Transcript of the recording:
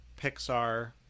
Pixar